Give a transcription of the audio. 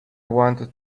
wanted